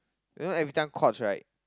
you know everytime courts right